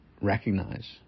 recognize